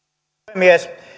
puhemies